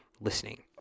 listening